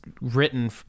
written